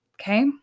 okay